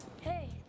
Hey